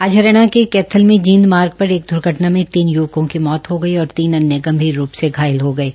आज हरियाणा के कैथल में जींद मार्ग र एक दुर्घटना में तीन युवकों की मौत हो गई और तीन गंभीर रू से घायल हो गये